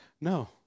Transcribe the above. No